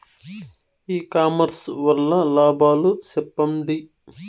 ఇ commerce వల్ల లాభాలు సెప్పండి?